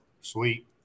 sweet